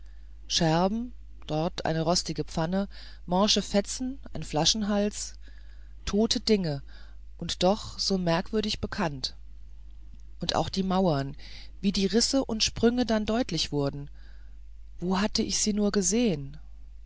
scherben dort eine rostige pfanne morsche fetzen ein flaschenhals tote dinge und doch so merkwürdig bekannt und auch die mauern wie die risse und sprünge dann deutlich wurden wo hatte ich sie nur gesehen